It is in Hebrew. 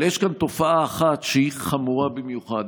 אבל יש כאן תופעה אחת שהיא חמורה במיוחד: